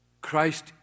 Christ